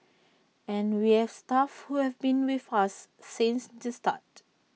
and we have staff who have been with us since the start